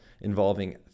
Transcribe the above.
involving